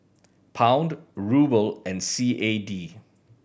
Pound Ruble and C A D